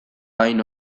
hain